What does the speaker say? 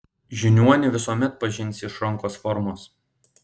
žiniuonį visuomet pažinsi iš rankos formos